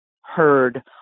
heard